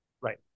Right